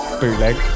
bootleg